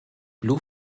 blue